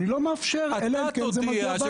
אני לא מאפשר, אלא אם כן זה מגיע בהסכמות.